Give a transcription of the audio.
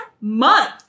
month